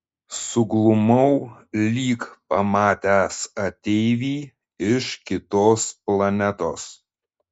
suglumau lyg pamatęs ateivį iš kitos planetos